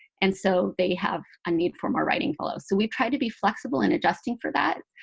and so they have a need for more writing fellows. so we try to be flexible in adjusting for that.